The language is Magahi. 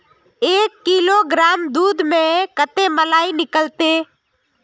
एक किलोग्राम दूध में कते मलाई निकलते?